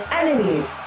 enemies